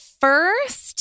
first